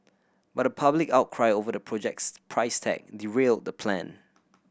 but a public outcry over the project's price tag derailed that plan